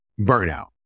burnout